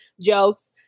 jokes